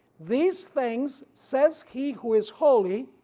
these things says he who is holy,